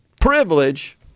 privilege